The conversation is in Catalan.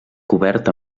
cobert